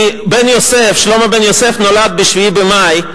כי שלמה בן יוסף נולד ב-7 במאי,